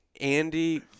Andy